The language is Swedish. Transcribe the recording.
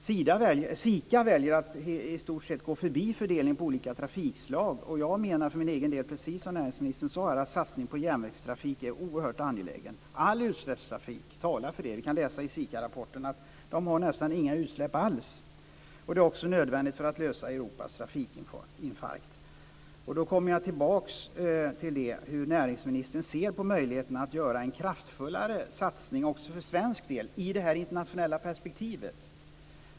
SIKA väljer att i stort sett gå förbi fördelningen på olika trafikslag. Jag menar, precis som näringsministern sade, att satsningen på järnvägstrafik är oerhört angelägen. All utsläppstrafik talar för det. Vi kan läsa i SIKA-rapporten att den nästan inte har några utsläpp alls. Det är också nödvändigt för att lösa Europas trafikinfarkt. Då kommer jag tillbaka till hur näringsministern ser på möjligheten att göra en kraftfullare satsning på järnvägstrafiken också för svensk del i det internationella perspektivet.